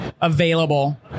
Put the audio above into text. available